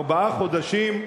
ארבעה חודשים,